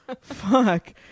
Fuck